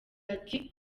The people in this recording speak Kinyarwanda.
ati